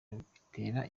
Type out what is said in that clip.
bitera